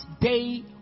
day